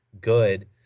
good